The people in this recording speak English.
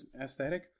aesthetic